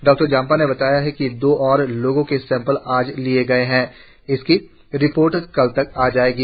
डॉ जंपा ने बताया कि दो और लोगों के सेंपल आज लिए गए है और इसकी रिपोर्ट कल तक आ जायेगी